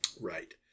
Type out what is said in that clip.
Right